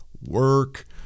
work